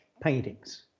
paintings